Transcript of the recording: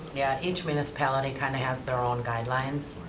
yeah, each municipality kind of has there own guidelines.